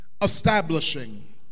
establishing